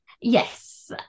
yes